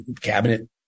cabinet